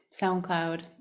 SoundCloud